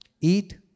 Eat